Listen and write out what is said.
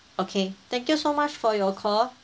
okay thank you so much for your call